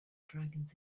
dragons